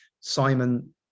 Simon